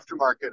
aftermarket